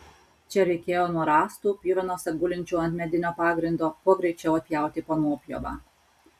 čia reikėjo nuo rąstų pjuvenose gulinčių ant medinio pagrindo kuo greičiau atpjauti po nuopjovą